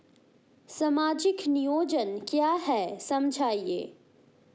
सामाजिक नियोजन क्या है समझाइए?